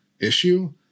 issue